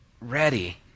ready